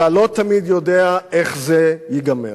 אתה לא תמיד יודע איך זה ייגמר.